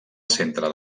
centre